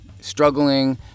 struggling